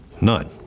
none